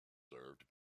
served